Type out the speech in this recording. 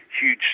huge